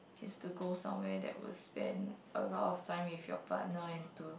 is to go somewhere that will spend a lot of time with your partner and to